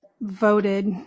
Voted